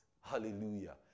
Hallelujah